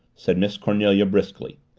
said miss cornelia briskly,